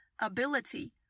ability